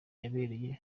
yabereye